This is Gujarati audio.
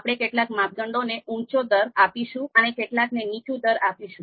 આપણે કેટલાક માપદંડોને ઉંચો દર આપીશું અને કેટલાને નીચું દર આપીશું